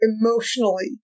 emotionally